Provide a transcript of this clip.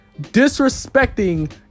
disrespecting